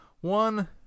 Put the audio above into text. One